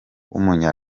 w’umunya